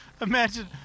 Imagine